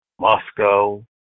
Moscow